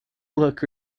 look